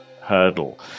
hurdle